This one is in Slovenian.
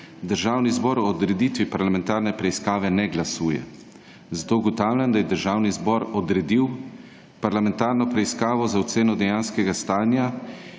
Državni zbor o odreditvi parlamentarne preiskave ne glasuje. Zato ugotavljam, da je Državni zbor odredil Parlamentarno preiskavo za oceno dejanskega stanja